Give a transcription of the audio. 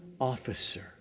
officer